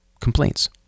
complaints